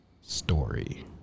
Story